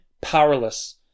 powerless